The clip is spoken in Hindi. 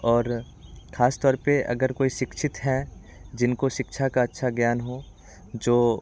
और खासतौर पे अगर कोई शिक्षित है जिनको शिक्षा का अच्छा ज्ञान हो जो